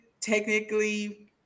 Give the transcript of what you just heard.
technically